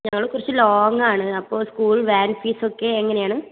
ഞങ്ങൾ കുറച്ച് ലോങ്ങാണ് അപ്പോൾ സ്കൂൾ വാൻ ഫീസ് ഒക്കെ എങ്ങനെയാണ്